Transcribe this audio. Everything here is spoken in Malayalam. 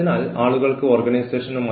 അതിനാൽ നമുക്ക് അതിൽ തുടരാം